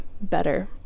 better